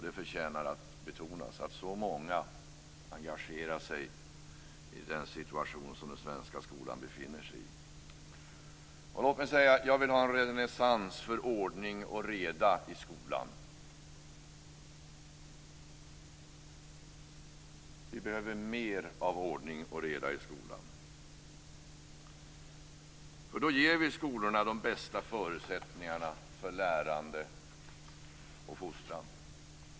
Det förtjänar att betonas att så många engagerar sig i den situation som den svenska skolan befinner sig i. Låt mig säga att jag vill ha en renässans för ordning och reda i skolan. Vi behöver mer av ordning och reda i skolan. Då ger vi skolorna de bästa förutsättningarna för lärande och fostran.